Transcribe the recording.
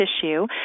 tissue